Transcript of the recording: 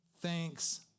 thanks